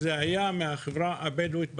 הוא מהחברה הבדואית.